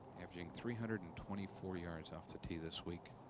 averaging three hundred and twenty-four yards off the tee this week.